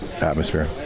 atmosphere